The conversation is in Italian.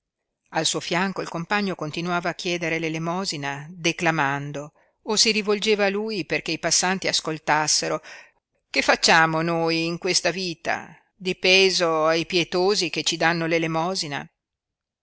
al suo fianco il compagno continuava a chiedere l'elemosina declamando o si rivolgeva a lui perché i passanti ascoltassero che facciamo noi in questa vita di peso ai pietosi che ci danno